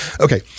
Okay